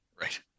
Right